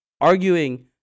arguing